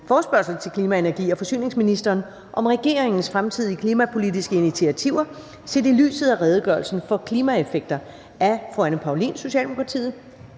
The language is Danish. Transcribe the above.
Forespørgsel til klima-, energi- og forsyningsministeren om regeringens fremtidige klimapolitiske initiativer set i lyset af redegørelsen for klimaeffekter. Af Anne Paulin (S), Marie